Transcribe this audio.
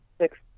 six